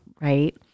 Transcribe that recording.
Right